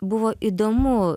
buvo įdomu